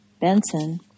Benson